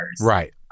Right